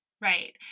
Right